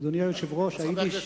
אדוני היושב-ראש, חברי הכנסת,